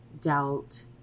doubt